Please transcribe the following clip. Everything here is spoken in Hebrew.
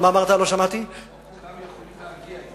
כולם יכולים להגיע,